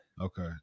Okay